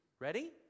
ready